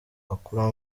akuramo